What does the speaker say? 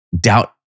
doubt